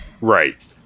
Right